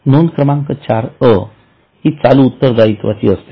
नोंद क्रमांक चार अ हि चालू उत्तरदायित्वाची असते